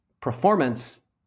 performance